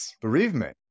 Bereavement